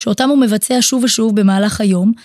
שאותם הוא מבצע שוב ושוב, במהלך היום,